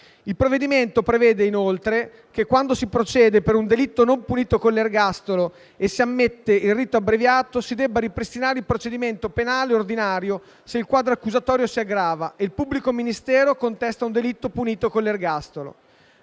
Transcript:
Il provvedimento prevede inoltre che quando si procede per un delitto non punito con l'ergastolo e si ammette il rito abbreviato, si debba ripristinare il procedimento penale ordinario se il quadro accusatorio si aggrava e il pubblico ministero contesta un delitto punito con l'ergastolo.